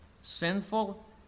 sinful